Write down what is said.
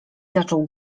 zaczął